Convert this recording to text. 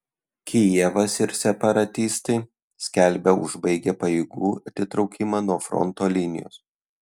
kijevas ir separatistai skelbia užbaigę pajėgų atitraukimą nuo fronto linijos